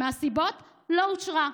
מהסיבות: לא אושרה.